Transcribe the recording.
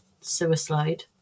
suicide